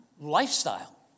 lifestyle